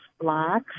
blocks